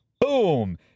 Boom